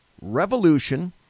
revolution